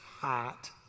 hot